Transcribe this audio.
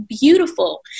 beautiful